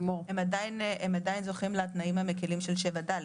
הם עדיין זוכים לתנאים המקלים של סעיף 7ד,